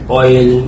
oil